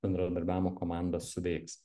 bendradarbiavimo komanda suveiks